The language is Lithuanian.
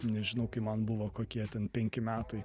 nežinau kai man buvo kokie ten penki metai